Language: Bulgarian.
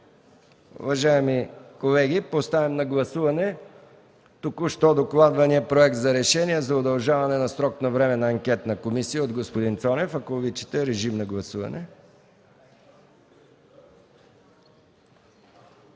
Уважаеми колеги, поставям на гласуване току-що докладвания Проект за решение за удължаване срока на Временната анкетна комисия, внесен от господин Цонев. Ако обичате, режим на гласуване.